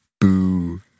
boo